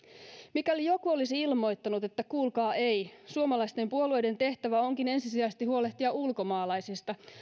mikäli joku olisi ilmoittanut että kuulkaa ei suomalaisten puolueiden tehtävä onkin ensisijaisesti huolehtia ulkomaalaisista